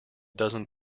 dozen